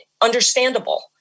understandable